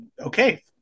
okay